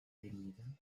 dignidad